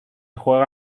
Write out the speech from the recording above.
juega